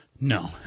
No